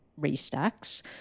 restacks